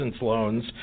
loans